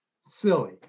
silly